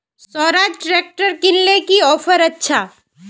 Swaraj tractor किनले की offer अच्छा?